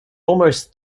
almost